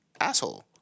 asshole